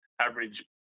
average